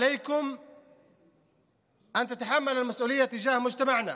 עליכם לשאת באחריות כלפי החברה שלנו.